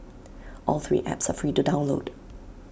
all three apps are free to download